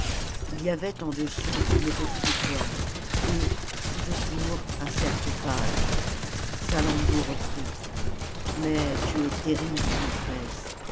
il y avait en dessous une petite étoile et tout autour un cercle pâle salammbô reprit mais tu es terrible maîtresse